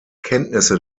kenntnisse